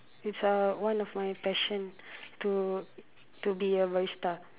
it's uh one of my passion to to be a barista